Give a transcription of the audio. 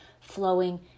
flowing